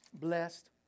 blessed